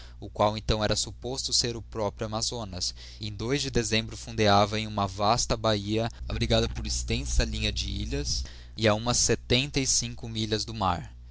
o qual então era supposto ser o proprio amazonas e de dezembro fundeava em uma vasta ba digiti zedby google hia abrigada por extensa linha de ilhas e a umas setenta e cinco milhas do mar